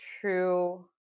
true